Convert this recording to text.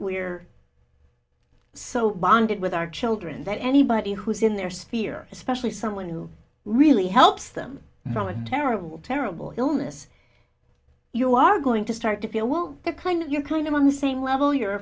we're so bonded with our children that anybody who's in their spear especially someone who really helps them from a terrible terrible illness you are going to start to feel well the kind you kind of on the same level your